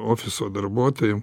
ofiso darbuotojam